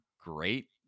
great